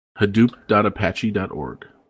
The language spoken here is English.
Hadoop.apache.org